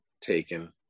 taken